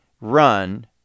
run